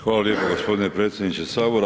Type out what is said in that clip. Hvala lijepo g. predsjedniče Sabora.